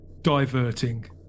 diverting